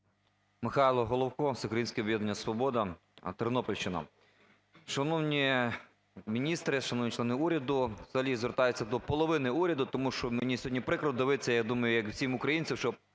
"Свобода", Тернопільщина. Шановні міністри, шановні члени уряду! Взагалі звертаюся до половини уряду, тому що мені сьогодні прикро дивитися, я думаю, як і всім українцям, що